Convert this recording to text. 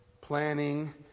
planning